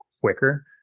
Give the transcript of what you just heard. quicker